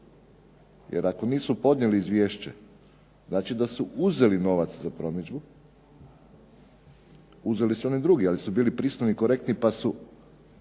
jer ako nisu podnijeli izvješće znači da su uzeli novac za promidžbu. Uzeli su i oni drugi, ali su bili pristojni i korektni pa su